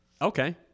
okay